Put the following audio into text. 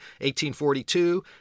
1842